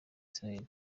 isiraheli